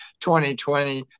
2020